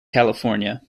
california